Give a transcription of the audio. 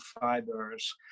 fibers